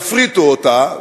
יפריטו אותה,